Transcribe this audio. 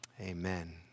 Amen